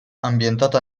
ambientata